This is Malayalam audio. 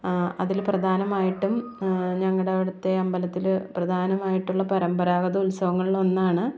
അതിൽ പ്രധാനമായിട്ടും ഞങ്ങളുടെ ഇവിടത്തെ അമ്പലത്തിൽ പ്രധാനമായിട്ടുള്ള പരമ്പരാഗത ഉത്സവങ്ങളിലൊന്നാണ്